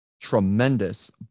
tremendous